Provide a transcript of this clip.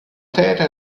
terra